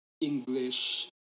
English